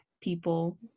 people